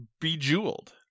Bejeweled